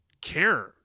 care